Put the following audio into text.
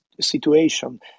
situation